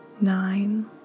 nine